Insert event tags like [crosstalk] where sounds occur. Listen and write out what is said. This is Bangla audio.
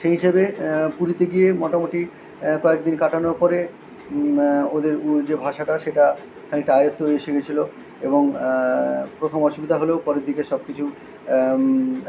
সেই হিসাবে পুরীতে গিয়ে মোটামুটি কয়েক দিন কাটানোর পরে ওদের যে ভাষাটা সেটা [unintelligible] তাও একটু হলেও শিখেছিল এবং প্রথম অসুবিধা হলেও পরের দিকে সব কিছু